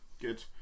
good